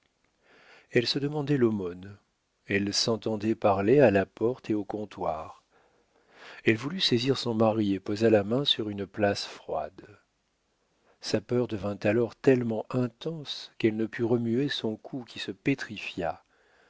elle se demandait l'aumône elle s'entendait parler à la porte et au comptoir elle voulut saisir son mari et posa la main sur une place froide sa peur devint alors tellement intense qu'elle ne put remuer son cou qui se pétrifia